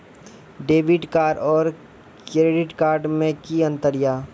Debit card और credit card मे कि अंतर या?